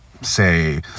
say